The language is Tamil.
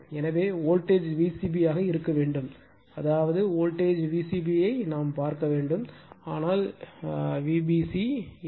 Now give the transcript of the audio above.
எனவே வோல்டேஜ் Vcb ஆக இருக்க வேண்டும் அதாவது வோல்டேஜ் Vcb ஐப் பார்க்க வேண்டும் ஆனால் Vbc அல்ல